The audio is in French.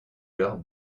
leurs